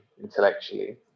intellectually